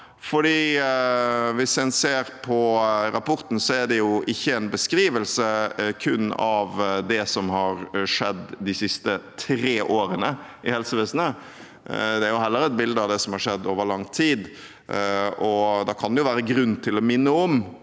Hvis en ser på rapporten, er det ikke en beskrivelse kun av det som har skjedd de siste tre årene i helsevesenet. Det er heller et bilde av det som har skjedd over lang tid. Da kan det være grunn til å minne om